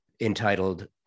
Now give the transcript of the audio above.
entitled